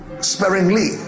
sparingly